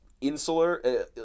insular